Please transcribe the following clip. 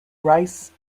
rice